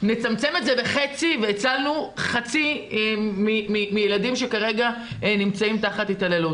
נצמצם את זה בחצי והצלנו חצי מהילדים שכרגע נמצאים תחת התעללות.